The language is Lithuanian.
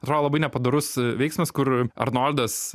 atrodo labai nepadorus veiksmas kur arnoldas